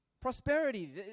prosperity